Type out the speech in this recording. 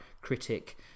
critic